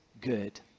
good